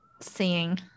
seeing